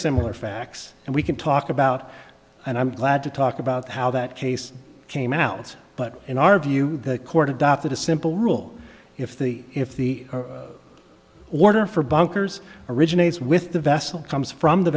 similar facts and we can talk about and i'm glad to talk about how that case came out but in our view the court adopted a simple rule if the if the order for bunkers originates with the vessel comes from the